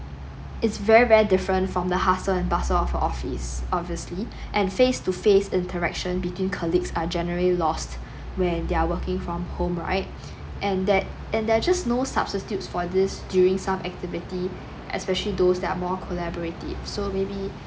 it's very very different from the hustle and bustle of the office obviously and face to face interaction between colleagues are generally lost when they're working from home right and that and there're just no substitutes for this during some activity especially those that are more collaborative so maybe